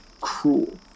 cruel